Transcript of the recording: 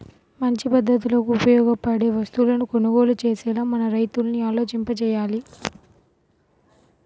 మంచి పద్ధతులకు ఉపయోగపడే వస్తువులను కొనుగోలు చేసేలా మన రైతుల్ని ఆలోచింపచెయ్యాలి